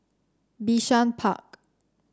Bishan Park